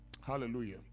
Hallelujah